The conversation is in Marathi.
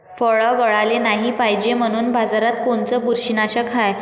फळं गळाले नाही पायजे म्हनून बाजारात कोनचं बुरशीनाशक हाय?